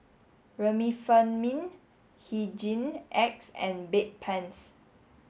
Remifemin Hygin X and Bedpans